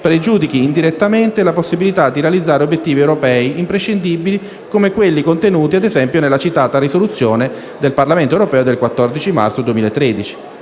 pregiudichi indirettamente la possibilità di realizzare obiettivi europei imprescindibili come quelli contenuti, ad esempio, nella citata risoluzione del Parlamento europeo del 14 marzo 2013.